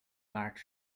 march